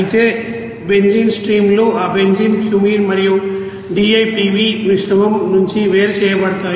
అయితే benzene stream లు ఆ బెంజీన్ క్యూమీన్ మరియు DIPV మిశ్రమం నుంచి వేరు చేయబడతాయి